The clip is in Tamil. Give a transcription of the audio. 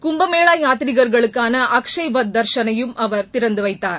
குப்பமேளா யாத்திரிகா்களுக்கான அக்ஷய்வத் தா்ஷனையுடம் அவர் திறந்து வைத்தார்